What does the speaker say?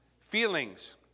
feelings